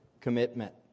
commitment